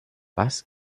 bass